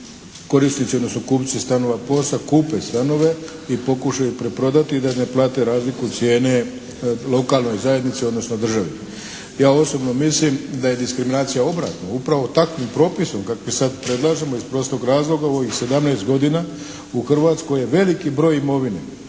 korisnici odnosno kupci stanova POS-a kupe stanove i pokušaju preprodati da ne plate razliku cijene lokalnoj zajednici odnosno državi. Ja osobno mislim da je diskriminacija obratno. Upravo takvim propisom kak mi sad predlažemo iz prostog razloga u ovih 17 godina u Hrvatskoj je veliki broj imovine